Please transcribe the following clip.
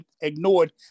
ignored